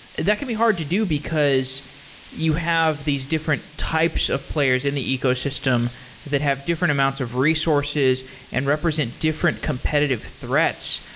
that can be hard to do, because you have these different types of players in the ecosystem that have different amounts of resources and represent different competitive threats,